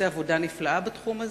רם עושה עבודה נפלאה בתחום הזה.